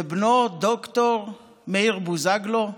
בנו, ד"ר מאיר בוזגלו,